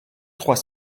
trois